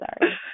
sorry